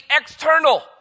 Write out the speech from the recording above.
external